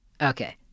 Okay